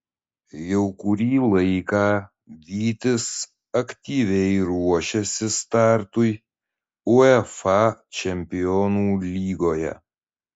jau kurį laiką vytis aktyviai ruošiasi startui uefa čempionų lygoje